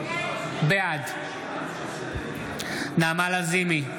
בעד נעמה לזימי,